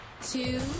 Two